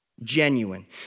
genuine